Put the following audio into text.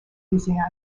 louisiana